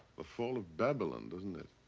the fall of babylon, doesn't it?